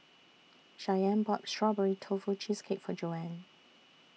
Shyanne bought Strawberry Tofu Cheesecake For Joanne